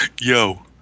yo